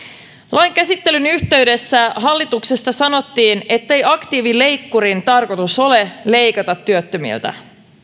lain käsittelyn yhteydessä hallituksessa sanottiin ettei aktiivileikkurin tarkoitus ole leikata työttömiltä